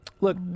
Look